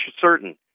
certain